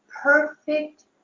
perfect